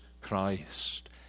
Christ